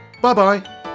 bye-bye